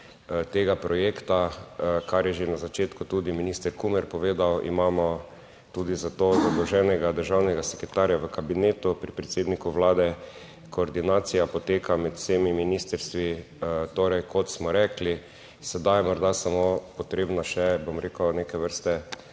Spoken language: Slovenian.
(nadaljevanje) kar je že na začetku tudi minister Kumer povedal, imamo tudi za to vloženega državnega sekretarja v kabinetu pri predsedniku vlade. Koordinacija poteka med vsemi ministrstvi. Torej, kot smo rekli sedaj je morda samo potrebna še, bom rekel, neke vrste